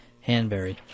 Hanbury